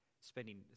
Spending